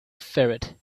ferret